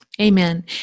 Amen